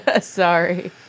Sorry